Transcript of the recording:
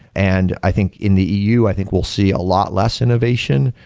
and i think in the eu, i think we'll see a lot less innovation.